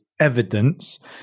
evidence